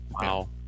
Wow